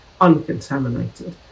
uncontaminated